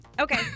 Okay